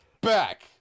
back